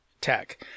tech